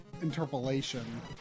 interpolation